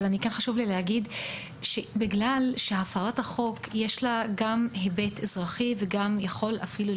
אבל חשוב לי להגיד שבגלל שלהפרת החוק יש היבט אזרחי ופלילי,